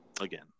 again